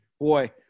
boy